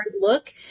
look